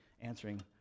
answering